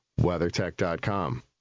WeatherTech.com